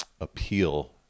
appeal